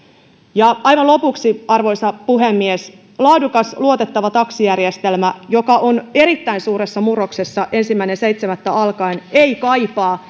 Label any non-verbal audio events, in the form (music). aivan lopuksi arvoisa puhemies laadukas luotettava taksijärjestelmä joka on erittäin suuressa murroksessa ensimmäinen seitsemättä alkaen ei kaipaa (unintelligible)